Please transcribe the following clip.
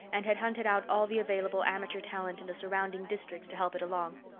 and had hunted out all the available amateur talent in the surrounding districts to help it along.